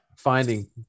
Finding